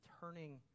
turning